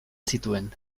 zituen